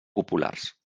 populars